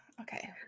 Okay